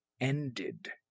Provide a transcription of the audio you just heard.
ended